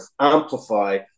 amplify